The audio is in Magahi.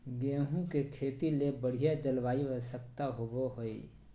गेहूँ के खेती ले बढ़िया जलवायु आवश्यकता होबो हइ